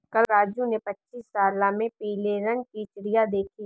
कल राजू ने पक्षीशाला में पीले रंग की चिड़िया देखी